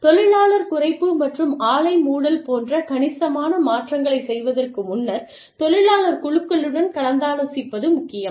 தொழிலாளர் குறைப்பு மற்றும் ஆலை மூடல் போன்ற கணிசமான மாற்றங்களைச் செய்வதற்கு முன்னர் தொழிலாளர் குழுக்களுடன் கலந்தாலோசிப்பது முக்கியம்